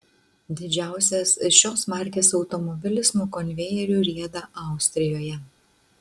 didžiausias šios markės automobilis nuo konvejerių rieda austrijoje